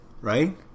right